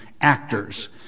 actors